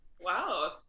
Wow